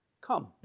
come